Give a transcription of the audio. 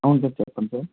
అవును సార్ చెప్పండి సార్